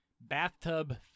bathtub